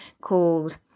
called